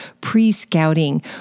pre-scouting